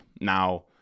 Now